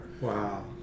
Wow